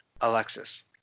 Alexis